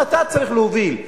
שם אתה צריך להוביל.